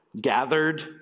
gathered